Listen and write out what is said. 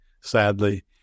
sadly